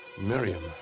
Miriam